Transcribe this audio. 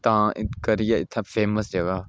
तां करिये इ'त्थें फेमस जगह्